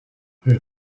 her